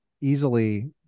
easily